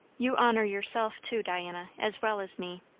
you honour yourself, too, diana, as well as me.